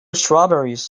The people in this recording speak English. strawberries